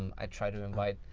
um i try to invite